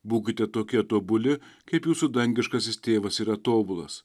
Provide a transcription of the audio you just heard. būkite tokie tobuli kaip jūsų dangiškasis tėvas yra tobulas